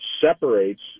separates